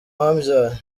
wambyaye